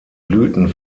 blüten